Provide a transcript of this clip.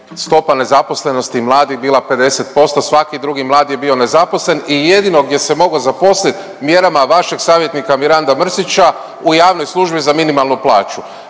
stopa nezaposlenosti mladi bila 50%, svaki drugi mladi je bio nezaposlen i jedino gdje se mogo zaposlit mjerama vašeg savjetnika Miranda Mrsića u javnoj službi za minimalnu plaću.